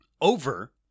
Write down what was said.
over